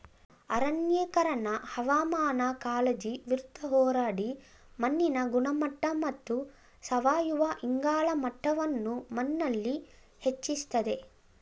ಅರಣ್ಯೀಕರಣ ಹವಾಮಾನ ಕಾಳಜಿ ವಿರುದ್ಧ ಹೋರಾಡಿ ಮಣ್ಣಿನ ಗುಣಮಟ್ಟ ಮತ್ತು ಸಾವಯವ ಇಂಗಾಲ ಮಟ್ಟವನ್ನು ಮಣ್ಣಲ್ಲಿ ಹೆಚ್ಚಿಸ್ತದೆ